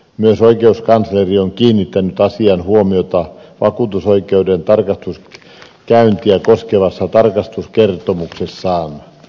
myös oikeuskansleri on kiinnittänyt asiaan huomiota vakuutusoikeuden tarkastuskäyntiä koskevassa tarkastuskertomuksessaan